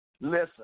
Listen